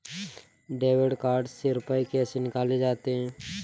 Debit card से रुपये कैसे निकाले जाते हैं?